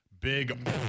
big